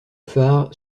phare